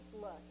look